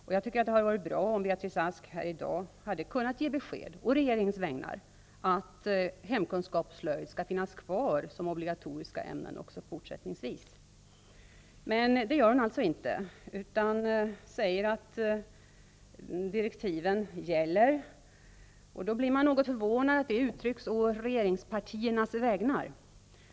Det hade därför varit bra om Beatrice Ask hade kunnat ge besked här i dag å regeringens vägnar att hemkunskap och slöjd skall finnas kvar som obligatoriska ämnen också fortsättningsvis. Men det gör hon alltså inte. Beatrice Ask säger att direktiven gäller. Jag blir något förvånad över att det uttrycks å regeringspartiernas vägnar.